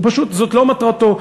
זו לא מטרתו,